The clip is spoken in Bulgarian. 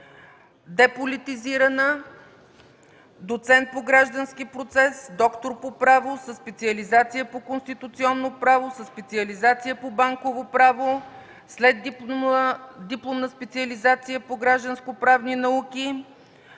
деполитизирана, доцент по „Граждански процес”, доктор по право със специализация по „Конституционно право”, със специализация по банково право, следдипломна специализация по гражданско-правни науки.